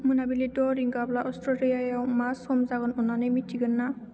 मोनाबिलि द' रिंगाब्ला अस्ट्रेलियायाव मा सम जागोन अननानै मिथिगोन ना